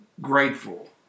grateful